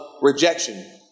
rejection